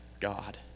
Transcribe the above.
God